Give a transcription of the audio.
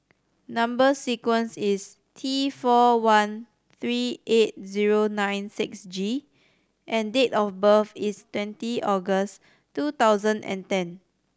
number sequence is T four one three eight zero nine six G and date of birth is twenty August two thousand and ten